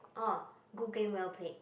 orh good game well played